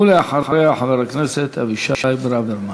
ולאחריה, חבר הכנסת אבישי ברוורמן.